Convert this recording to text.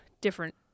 different